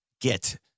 get